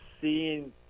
seeing